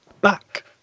back